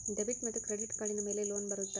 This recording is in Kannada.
ಡೆಬಿಟ್ ಮತ್ತು ಕ್ರೆಡಿಟ್ ಕಾರ್ಡಿನ ಮೇಲೆ ಲೋನ್ ಬರುತ್ತಾ?